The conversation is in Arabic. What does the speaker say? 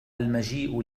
المجيء